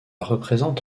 représente